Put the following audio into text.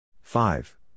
five